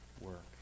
work